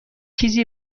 چیزی